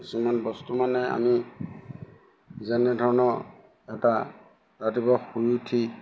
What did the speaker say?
কিছুমান বস্তু মানে আমি যেনেধৰণৰ এটা ৰাতিপুৱা শুই উঠি